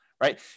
right